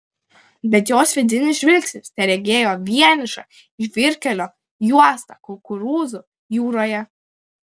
bet jos vidinis žvilgsnis teregėjo vienišą žvyrkelio juostą kukurūzų jūroje